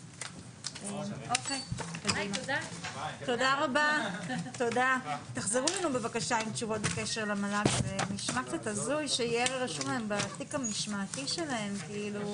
14:12.